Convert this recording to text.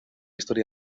historia